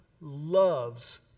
loves